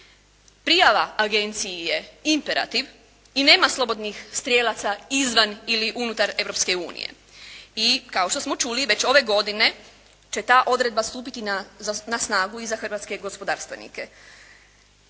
Prijava agenciji je imperativ i nema slobodnih strijelaca izvan ili unutar Europske unije. I kao što smo čuli, već ove godine će ta odredba stupiti na snagu i za hrvatske gospodarstvenike.